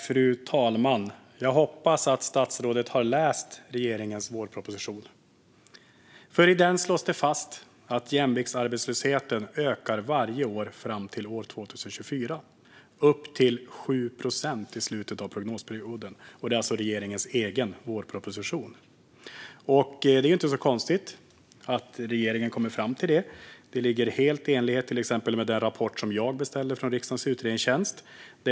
Fru talman! Jag hoppas att statsrådet har läst regeringens vårproposition. I den slås det fast att jämviktsarbetslösheten kommer att öka varje år fram till år 2024 och gå upp till 7 procent i slutet av prognosperioden. Det är inte så konstigt att regeringen kommer fram till det. Det är helt i enlighet med till exempel den rapport som jag beställde från riksdagens utredningstjänst.